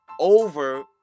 over